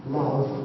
love